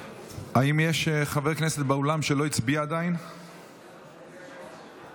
יש חבר כנסת באולם שעדיין לא הצביע?